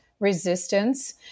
Resistance